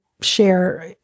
share